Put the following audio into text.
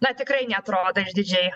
na tikrai neatrodo išdidžiai